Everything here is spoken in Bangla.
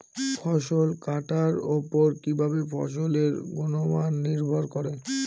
ফসল কাটার উপর কিভাবে ফসলের গুণমান নির্ভর করে?